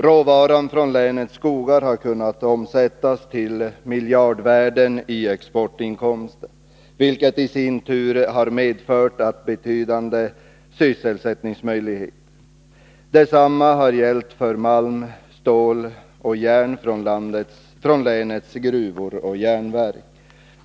Råvaran från länets skogar har kunnat omsättas i miljardvärden i exportinkomster, vilket i sin tur medfört betydande sysselsättningsmöjligheter. Detsamma har gällt för malm, stål och järn från länets gruvor och järnverk.